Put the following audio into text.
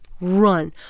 run